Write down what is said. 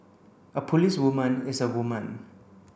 a policewoman is a woman